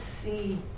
see